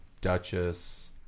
Duchess